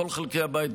כל חלקי הבית,